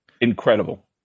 incredible